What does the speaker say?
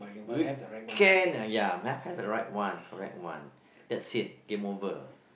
we can uh ya must have the right one correct one that's it game over